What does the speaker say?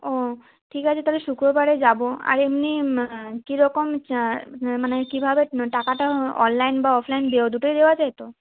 ও ঠিক আছে তাহলে শুক্রবারে যাবো আর এমনি মা কি রকম চা মানে কীভাবে টাকাটা অনলাইন বা অফলাইন দেবো দুটোই দেওয়া যায় তো